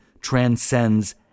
transcends